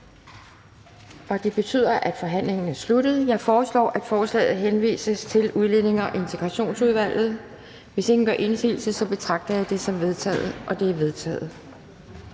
og det betyder, at forhandlingen er sluttet. Jeg foreslår, at forslaget henvises til Udlændinge- og Integrationsudvalget. Hvis ingen gør indsigelse, betragter jeg det som vedtaget. Det er vedtaget.